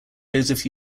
joseph